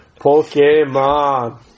Pokemon